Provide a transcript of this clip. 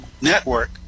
network